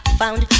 found